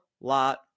lot